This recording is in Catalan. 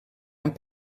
amb